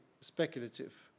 speculative